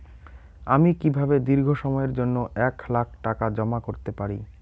আমি কিভাবে দীর্ঘ সময়ের জন্য এক লাখ টাকা জমা করতে পারি?